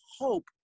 hope